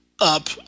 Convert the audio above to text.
up